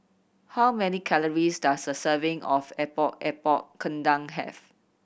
how many calories does a serving of Epok Epok Kentang have